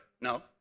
No